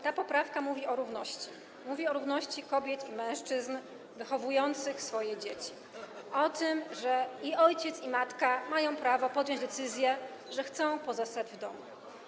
Ta poprawka mówi o równości kobiet i mężczyzn wychowujących swoje dzieci, o tym, że i ojciec, i matka mają prawo podjąć decyzję, czy chcą pozostać w domu.